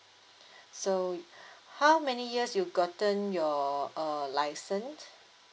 so how many years you gotten your uh license